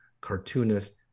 cartoonist